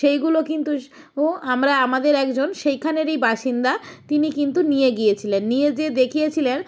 সেইগুলো কিন্তু আমরা আমাদের একজন সেইখানেরই বাসিন্দা তিনি কিন্তু নিয়ে গিয়েছিলেন নিয়ে যেয়ে দেখিয়েছিলেন